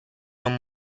non